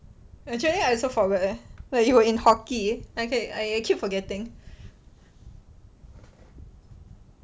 actually I also forgot leh like you were in hockey I ca~ I keep forgetting